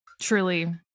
Truly